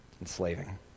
enslaving